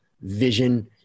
vision